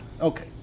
Okay